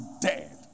dead